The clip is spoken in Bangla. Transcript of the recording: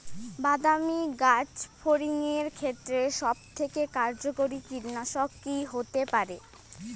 বাদামী গাছফড়িঙের ক্ষেত্রে সবথেকে কার্যকরী কীটনাশক কি হতে পারে?